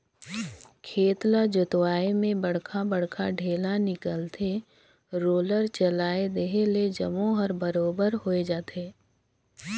खेत ल जोतवाए में बड़खा बड़खा ढ़ेला निकलथे, रोलर चलाए देहे ले जम्मो हर बरोबर होय जाथे